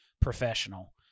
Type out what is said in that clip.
professional